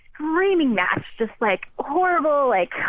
screaming match. just like, horrible like.